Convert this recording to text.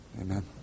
Amen